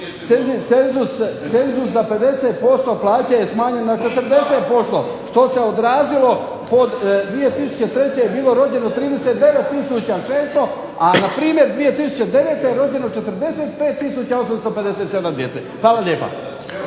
Cenzus za 50% plaće je smanjen na 40%, što se odrazilo 2003. je bilo rođeno 39 600, a npr. 2009. je rođeno 45 857 djece. Hvala lijepa.